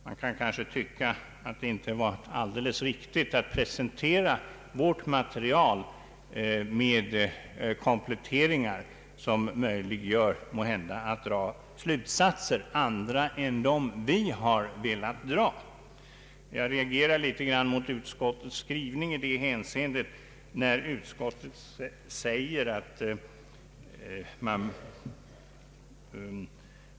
Man kanske kan tycka att det inte var alldeles riktigt av utskottet att presentera vårt material med kompletteringar som måhända möjliggör dragandet av slutsatser andra än dem vi har velat dra. Jag reagerar litet mot utskottets skrivning i detta hänseende.